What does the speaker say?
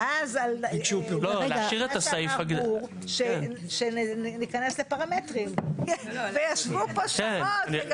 ואז אמרנו שניכנס לפרמטרים וישבו פה שעות.